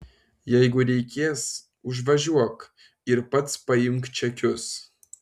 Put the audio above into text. jeigu reikės užvažiuok ir pats paimk čekius